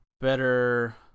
better